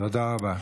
תודה רבה.